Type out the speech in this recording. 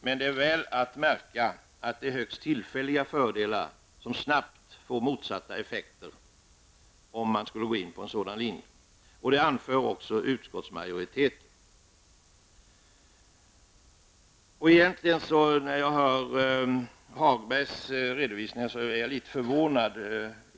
Men det är att märka att det skulle bli högst tillfälliga fördelar som snabbt får motsatta effekter, vilket också har understrukits av utskottsmajoriteten. När jag hörde Lars-Ove Hagbergs redovisning blev jag litet förvånad.